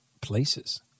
places